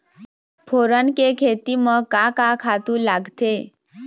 फोरन के खेती म का का खातू लागथे?